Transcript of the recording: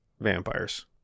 vampires